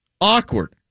awkward